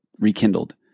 Rekindled